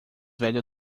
velho